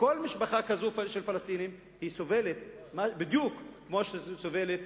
וכל משפחה כזו של פלסטינים סובלת בדיוק כמו שסובלת